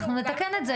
אנחנו נתקן את זה.